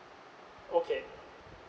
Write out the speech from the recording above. okay